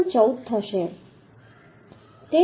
14 થશે તેથી 52